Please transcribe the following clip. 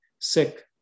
sick